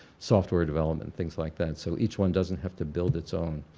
software development things like that so each one doesn't have to build its own.